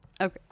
Okay